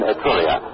Etruria